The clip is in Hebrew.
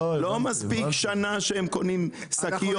לא מספיק שנה שהם קונים שקיות ובאים.